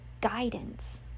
guidance